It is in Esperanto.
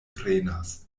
prenas